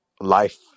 life